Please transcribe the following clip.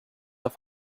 auf